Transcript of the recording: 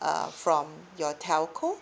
uh from your telco